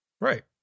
Right